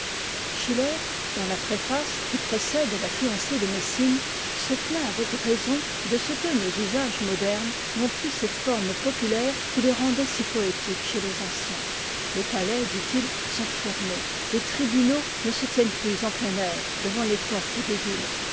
schiller dans la préface qui précède la fiancée de messine se plaint avec raison de ce que nos usages modernes n'ont plus ces formes populaires qui les rendaient si poétiques chez les anciens les palais dit-il sont fermés les tribunaux ne se tiennent plus en plein air devant les portes des villes